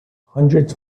hundreds